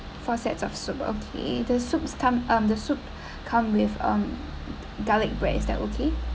four sets of soup okay the soups come um the soup come with um garlic bread is that okay